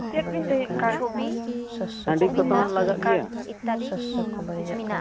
ᱤᱧᱟᱹᱜ ᱦᱟᱸᱹᱰᱤ ᱠᱚ ᱦᱟᱜ ᱞᱟᱜᱟᱜ ᱜᱮᱭᱟ